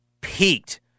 peaked